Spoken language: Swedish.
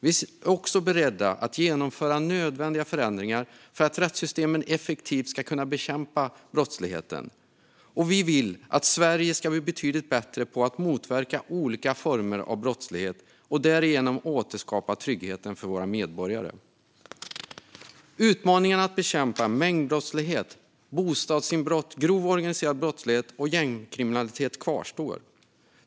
Vi är beredda att genomföra nödvändiga förändringar för att rättssystemen effektivt ska kunna bekämpa brottsligheten. Vi vill att Sverige ska bli betydligt bättre på att motverka olika former av brottslighet och därigenom återskapa tryggheten för våra medborgare. Utmaningarna att bekämpa mängdbrottslighet, bostadsinbrott, grov organiserad brottslighet och gängkriminalitet kvarstår.